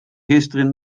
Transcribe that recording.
gisteren